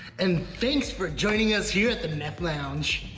and thanks for joining us here at the neft louge.